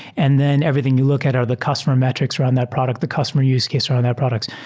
and then everything you look at are the customer metr ics around that product, the customer use case around that products.